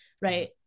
right